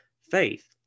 faith